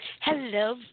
Hello